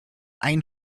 ein